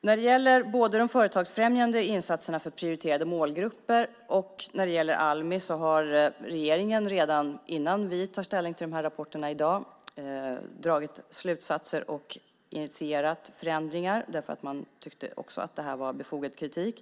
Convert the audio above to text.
När det gäller både de företagsfrämjande insatserna för prioriterade målgrupper och Almi har regeringen redan innan vi tar ställning till de här rapporterna i dag dragit slutsatser och initierat förändringar. Man tyckte nämligen också att det här var befogad kritik.